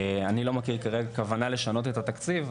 אני לא מכיר כרגע כוונה לשנות את התקציב,